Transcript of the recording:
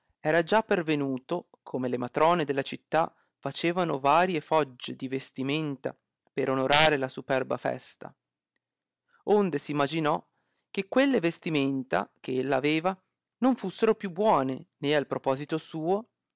era già pervenuto come le matrone della città facevano varie foggie di vestimenta per onorare la superba festa onde s imaginò che quelle vestimenta che ella aveva non fussero più buone ne al proposito suo